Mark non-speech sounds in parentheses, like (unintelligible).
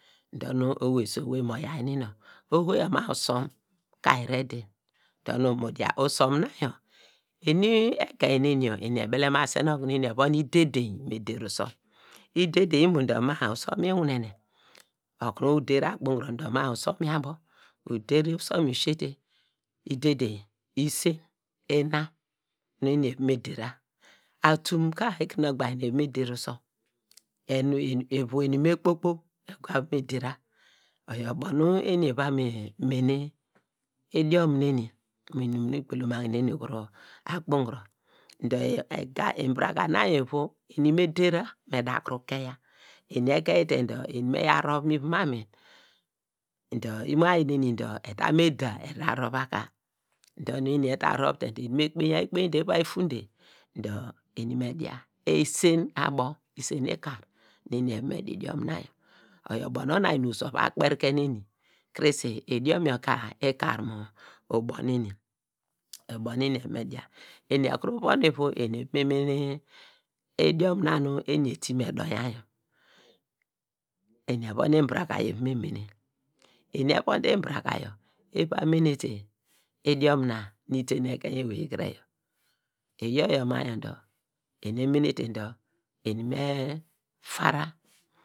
Dor nu owei su owei mo yaw inu nonw, oho yor ma usom ka (unintelligible) dor nu uva mu dia, usom na yor enu ekein neni yor eni ebelemasen, okunu eni evon ide dein eva me der usom, idedein imo dor ma usom yor inwin nene, oku nu uder akpunguro dor ma dor usom yor abor, uder usom yor ususite, i dedein, isen ina inum eni evon me der ra atumn ka ekire nu ogbagne evon me der usom, ivu eni me kpo kpo egwa va me der ra oyo ubo nu eni eva me mene idiom neni, mu inum nu igbulamagne nu akpunguro, dor nbraka na yor ivu eni me der ra eda kum keiya, eni ekeiyite dor eni me yaw rowy mu ivom amin, dor imo ayi neni dor ata mu eda rowva ka dor nu eni eda rowva ka dor nu eni eda rowve te dor eni me kpeinya, ekpeinyi va fuunte dor eni me dia, esen abo, isen ikar nu eni eva me di idiom na yaw, oyor onu oyan oso ova kperi ken nu eni krese idiom yor ka ikar mu ubo neni, oyor ubo nu emi eva me dia, eni ekuru voh ivu eni eva mene idiom na nu eni eti me doinya yor (hesitation) eni evon nbraka yor eni eva me mene, eni evonde nbraka yor eva mene te idiom na nu itenu ekein ewey kire yor, iyor yor ma yor dor eni emenete dor eni me far.